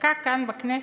שנחקק כאן, בכנסת,